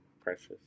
precious